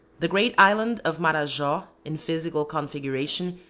the great island of marajo, in physical configuration,